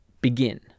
begin